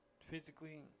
physically